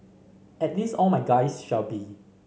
at least all my guys shall be